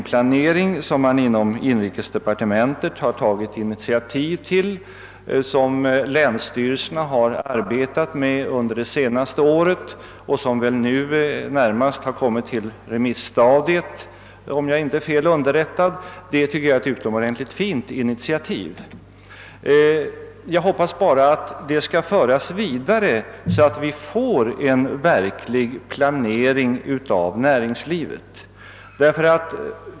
partementet har tagit initiativ till, som länsstyrelserna har arbetat med under det senaste året och som nu har kommit till remisstadiet, om jag inte är fel underrättad, är ett utomordentligt fint initiativ. Jag hoppas bara att det skall föras vidare, så att vi får en verklig planering av näringslivet.